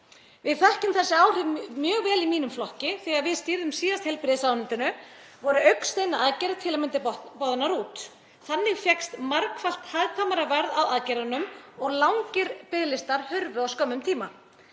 Við þekkjum þessi áhrif mjög vel í mínum flokki. Þegar við stýrðum síðasta heilbrigðisráðuneytinu voru augnsteinaaðgerðir til að mynda boðnar út. Þannig fékkst margfalt hagkvæmara varð á aðgerðunum og langir biðlistar hurfu á skömmum tíma.